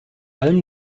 allem